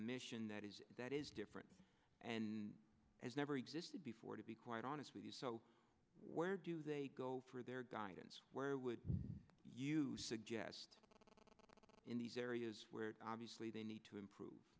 mission that is that is different and has never existed before to be quite honest with you so where do they go for their guidance where would you suggest in these areas obviously they need to improve